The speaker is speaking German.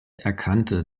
erkannte